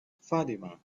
fatima